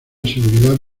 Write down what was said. seguridad